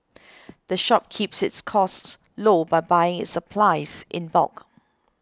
the shop keeps its costs low by buying its supplies in bulk